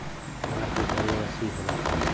तार के तरे रस्सी होला